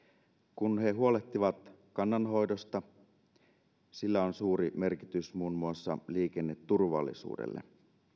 kun he huolehtivat kannanhoidosta sillä on suuri merkitys muun muassa liikenneturvallisuudelle